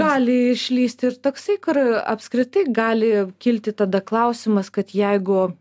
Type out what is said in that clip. gali išlįsti ir toksai kur apskritai gali kilti tada klausimas kad jeigu